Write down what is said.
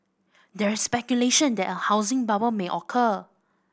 there is speculation that a housing bubble may occur